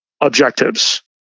objectives